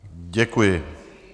Děkuji.